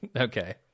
okay